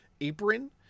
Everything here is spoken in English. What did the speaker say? apron